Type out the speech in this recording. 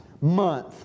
month